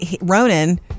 Ronan